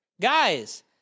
Guys